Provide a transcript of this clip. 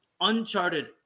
uncharted